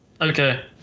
Okay